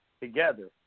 together